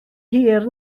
hir